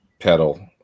pedal